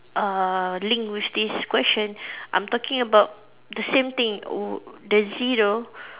uh link with this question I'm talking about the same thing the zero